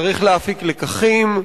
צריך להפיק לקחים,